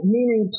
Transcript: Meaning